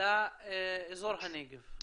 לאזור הנגב?